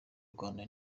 rwanda